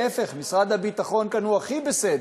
להפך, משרד הביטחון כאן הוא הכי בסדר,